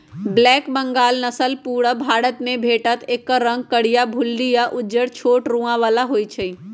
black Bengal नसल पुरुब भारतमे भेटत एकर रंग करीया, भुल्ली आ उज्जर छोट रोआ बला होइ छइ